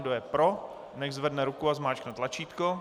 Kdo je pro, ať zvedne ruku a zmáčkne tlačítko.